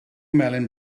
melyn